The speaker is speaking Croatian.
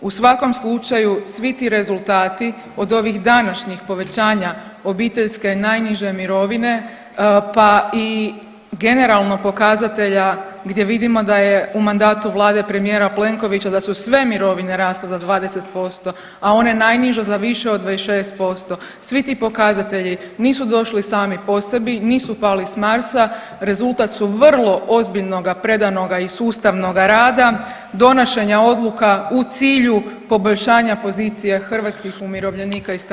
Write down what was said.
U svakom slučaju svi ti rezultati od ovih današnjih povećanja obiteljske najniže mirovine pa i generalno pokazatelja gdje vidimo da je u mandatu vlade premijera Plenkovića da su sve mirovine rasle za 20%, a one najniže za više od 26%, svi ti pokazatelji nisu došli sami po sebi, nisu pali s Marsa, rezultat su vrlo ozbiljnoga, predanoga i sustavnoga rada, donošenja odluka u cilju poboljšanja pozicije hrvatskih umirovljenika i starijih osoba.